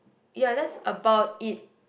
ya that's about it